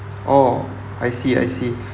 orh I see I see